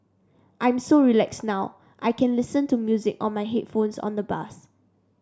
I'm so relaxed now I can listen to music on my headphones on the bus